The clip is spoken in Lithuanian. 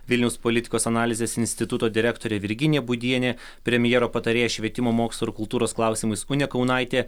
vilniaus politikos analizės instituto direktorė virginija būdienė premjero patarėja švietimo mokslo ir kultūros klausimais unė kaunaitė